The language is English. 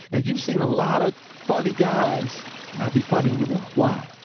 and you've seen a lot of funny guys not be funny anymore. why?